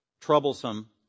troublesome